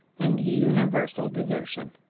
and universal desertion!